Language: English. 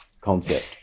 concept